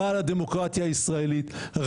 רע לדמוקרטיה הישראלית,